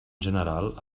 general